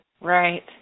right